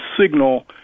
signal